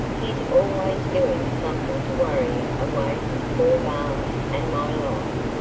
he's always doing something to worry away his poor ma's and my life.